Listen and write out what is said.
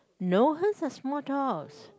no hers are small dogs